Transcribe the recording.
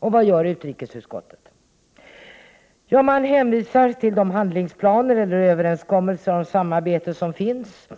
Och vad gör utrikesutskottet? Utskottet hänvisar till de handlingsplaner eller överenskommelser om samarbete som finns.